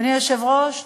אדוני היושב-ראש,